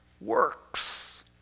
works